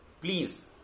please